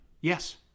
Yes